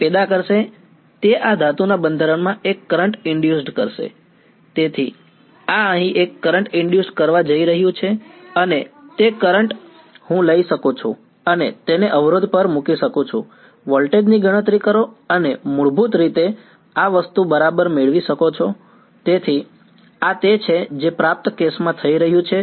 તે પેદા કરશે તે આ ધાતુના બંધારણમાં એક કરંટ ઇનડયુસડ્ માં છે